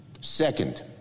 Second